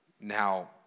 Now